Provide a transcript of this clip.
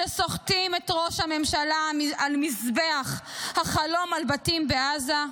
שסוחטים את ראש הממשלה על מזבח החלום על בתים בעזה,